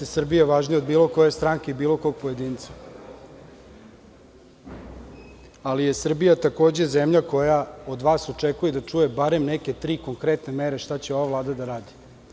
Gospodine Vučiću jeste Srbija važnija od bilo koje stranke i bilo kog pojedinca, ali je Srbija takođe zemlja koja od vas očekuje da čuje bar neke tri konkretne mere šta će ova Vlada da radi.